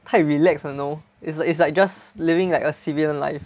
太 relax you know it's it's like just living like a civilian life